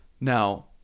Now